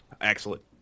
Excellent